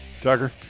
Tucker